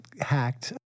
hacked